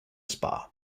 spa